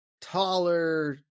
taller